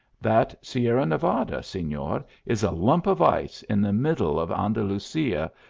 that sierra nevada, senor, is a lump of ice in the middle of an dalusia,